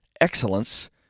excellence